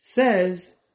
says